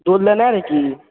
दूध लेनाइ रहै की